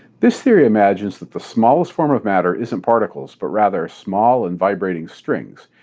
this theory imagines that the smallest form of matter isn't particles, but rather small and vibrating strings,